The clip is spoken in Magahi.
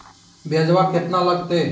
ब्यजवा केतना लगते?